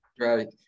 Right